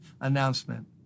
announcement